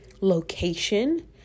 location